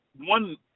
one